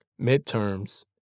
midterms